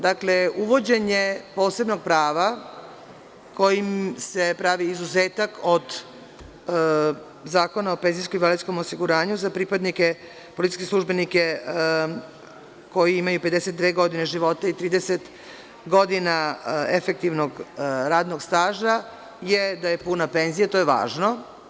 Dakle, uvođenje posebnog prava kojim se pravi izuzetak od Zakona o PIO za pripadnike policijske službenike koji imaju 52 godine života i 30 godina efektivnog radnog staža, je da je puna penzija to je važno.